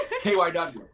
KYW